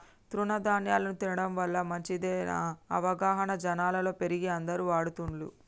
తృణ ధ్యాన్యాలు తినడం వల్ల మంచిదనే అవగాహన జనాలలో పెరిగి అందరు వాడుతున్లు